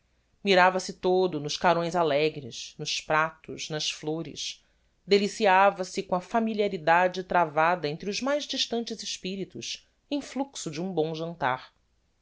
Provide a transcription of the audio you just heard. mirava se todo nos carões alegres nos pratos nas flores deliciava se com a familiaridade travada entre os mais distantes espiritos influxo de um bom jantar